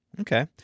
Okay